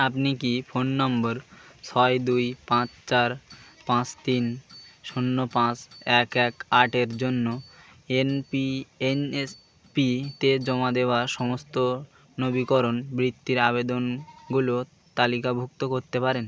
আপনি কি phone number ছয় দুই পাঁচ চার পাঁচ তিন শূন্য পাঁচ এক এক আটের জন্য এন পি এনএসপিতে জমা দেওয়া সমস্ত নবীকরণ বৃত্তির আবেদনগুলো তালিকাভুক্ত করতে পারেন